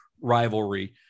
rivalry